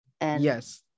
Yes